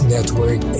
Network